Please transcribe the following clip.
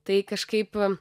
tai kažkaip